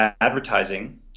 advertising